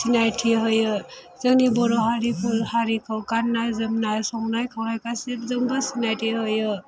सिनायथि होयो जोंनि बर' हारिफोर हारिखौ गाननाय जोमनाय संनाय खावनाय गासैजोंबो सिनायथि होयो